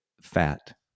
fat